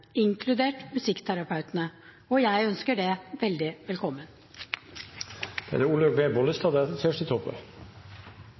inkludert musikkterapeutene, og jeg ønsker det veldig